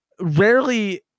rarely